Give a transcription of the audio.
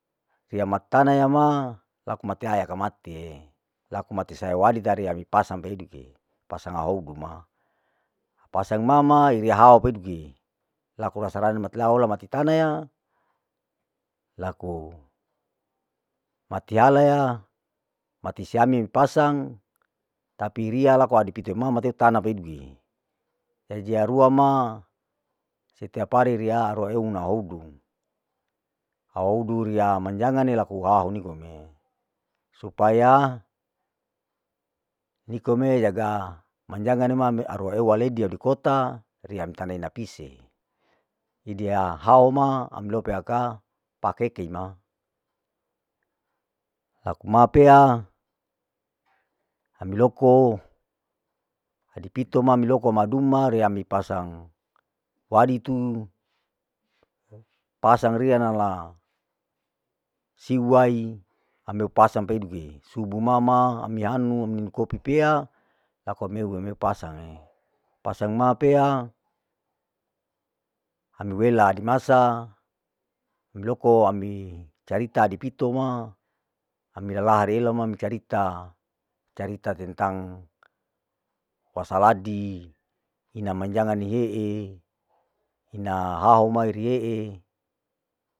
Riya matana ya ma, laku matea ya akaatie, laku mati tai wadu seariya mi pasang peduke, pasang ahoudu ma, pasang mama iria hao peduke, laku rasa rana mati laola mati tana ya, laku mati ala ya, mati seami pasang, tapi ria laku adi pite mama matei tana peduke, jadi harua ma setiap hari ina rei na houdu, ahoudu ria manjangan ee laku hahu nikome, supaya nikome jaga manjangane ma mearua eu waleidie dikota, riya mitanei napise, hidia haho ma ami loupe ya kaa pakeke ima, laku ma pea ami loko adipito ma miloko maduma reami pasang waditu, pasang rianala siwai ami upasang peduke, subu mama ami hanu amimi kopi pea, laku ameu ameu pasange, pasang ma pea, ami wela adi masa ami loko ami carita adi pito ma, ami lalari elo ma ami carita, carita tentang wasaladi, ina manjangani hee ina haho mairiee.